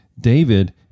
David